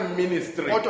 ministry